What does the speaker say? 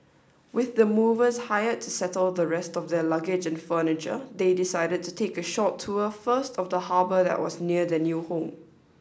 with the movers hired to settle the rest of their luggage and furniture they decided to take a short tour first of the harbour that was near their new home